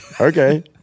okay